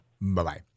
Bye-bye